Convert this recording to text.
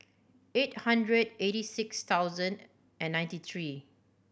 eight hundred eighty six thousand and ninety three